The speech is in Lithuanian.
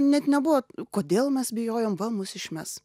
net nebuvo kodėl mes bijojom va mus išmes